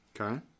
Okay